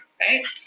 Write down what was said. right